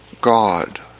God